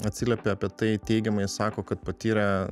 atsiliepė apie tai teigiamai sako kad patyrė